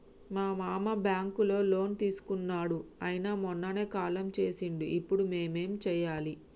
మా మామ బ్యాంక్ లో లోన్ తీసుకున్నడు అయిన మొన్ననే కాలం చేసిండు ఇప్పుడు మేం ఏం చేయాలి?